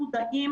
במשימה,